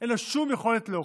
אין לו שום יכולת להוכיח.